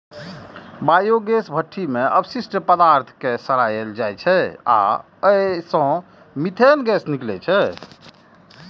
biogas भट्ठी मे अवशिष्ट पदार्थ कें सड़ाएल जाइ छै आ अय सं मीथेन गैस निकलै छै